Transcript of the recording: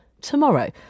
tomorrow